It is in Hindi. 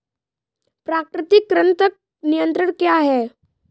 प्राकृतिक कृंतक नियंत्रण क्या है?